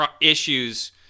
issues